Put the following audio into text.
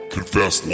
Confess